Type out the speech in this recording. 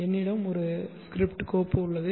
என்னிடம் ஒரு ஸ்கிரிப்ட் கோப்பு உள்ளது